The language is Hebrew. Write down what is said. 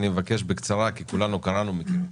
אני מבקש בקצרה כי כולנו קראנו.